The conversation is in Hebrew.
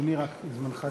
אדוני, רק, זמנך תם.